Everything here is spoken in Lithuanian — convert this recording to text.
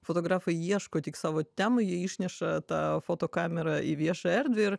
fotografai ieško tik savo temų jie išneša tą fotokamerą į viešą erdvę ir